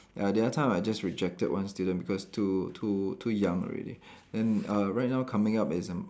ya the other time I just rejected one student because too too too young already then uh right now coming up is a